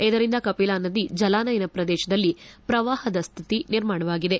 ಇದರಿಂದ ಕಪಿಲಾ ನದಿ ಜಲಾನಯನ ಪ್ರದೇಶದಲ್ಲಿ ಪ್ರವಾಹದ ಸ್ಟಿತಿ ಸ್ಕಷ್ಟಿ ನಿರ್ಮಾಣವಾಗಿದೆ